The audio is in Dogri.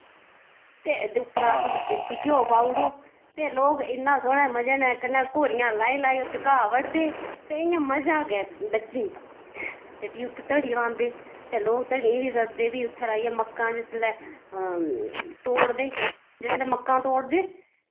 ते उप्परा तुस देसी घ्यो पाउड़ो ते लोग इन्ने सोह्ने मज़े नै कन्नै घोड़ियां लाई लाई उत्त घाह् बड्ढदे ते इ'यां मजा गै बज्जी जंदा ते फ्ही उत्त धड़ी लांदे ते लोक धड़ें बी सद्ददे ते फ्ही उत्थै रहाइयां मक्कां जिसलै तोड़दे जिसलै मक्कां तोड़दे